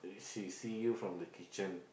if she see you from the kitchen